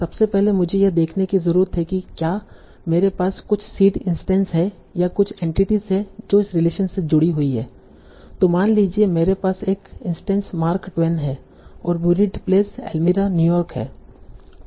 सबसे पहले मुझे यह देखने की ज़रूरत है कि क्या मेरे पास कुछ सीड इंस्टैंस हैं या कुछ एंटिटीस है जो इस रिलेशन से जुडी हुई हैं तों मान लीजिए मेरे पास एक इंस्टैंस मार्क ट्वेन है और बुरिड प्लेस एल्मिरा न्यूयॉर्क है